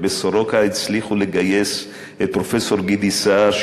בבית-חולים סורוקה הצליחו לגייס את פרופסור גידי סהר,